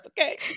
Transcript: Okay